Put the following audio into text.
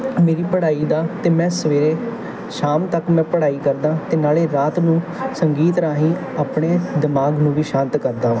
ਮੇਰੀ ਪੜ੍ਹਾਈ ਦਾ ਤਾਂ ਮੈਂ ਸਵੇਰੇ ਸ਼ਾਮ ਤੱਕ ਮੈਂ ਪੜ੍ਹਾਈ ਕਰਦਾ ਅਤੇ ਨਾਲੇ ਰਾਤ ਨੂੰ ਸੰਗੀਤ ਰਾਹੀਂ ਆਪਣੇ ਦਿਮਾਗ ਨੂੰ ਵੀ ਸ਼ਾਂਤ ਕਰਦਾ ਵਾ